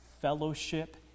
fellowship